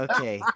Okay